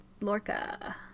Lorca